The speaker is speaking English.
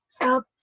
help